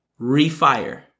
refire